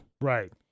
Right